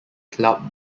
club